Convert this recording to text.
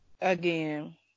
again